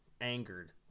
angered